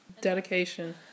dedication